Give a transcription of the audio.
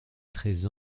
treize